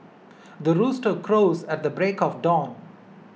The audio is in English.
the rooster crows at the break of dawn